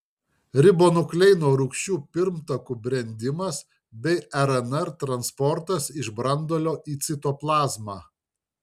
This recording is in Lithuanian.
ribonukleino rūgščių pirmtakų brendimas bei rnr transportas iš branduolio į citoplazmą